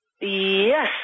Yes